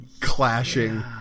clashing